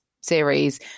series